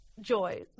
Joy